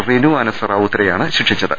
റിനു അനസ് റാവുത്തരെയാണ് ശിക്ഷിച്ചത്